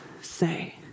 say